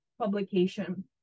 publication